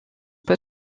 peut